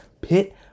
Pit